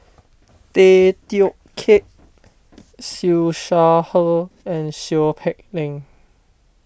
Tay Teow Kiat Siew Shaw Her and Seow Peck Leng